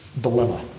dilemma